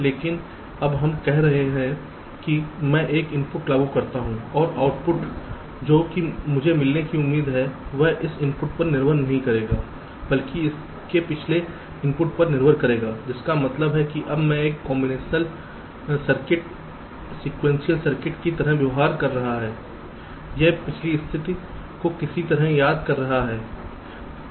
लेकिन अब हम कह रहे हैं कि मैं एक इनपुट लागू करता हूं और आउटपुट जो की मुझे मिलने की उम्मीद है वह इस इनपुट पर निर्भर नहीं करेगा बल्कि पिछले इनपुट पर निर्भर करेगा जिसका मतलब है कि अब मेरा कॉम्बिनेशन सर्किट सीक्वेंशियल सर्किट की तरह व्यवहार कर रहा है यह पिछली स्थिति को किसी तरह याद कर रहा है सही है